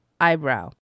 Eyebrow